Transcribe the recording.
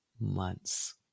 months